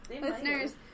Listeners